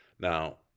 Now